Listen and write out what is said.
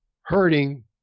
hurting